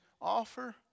offer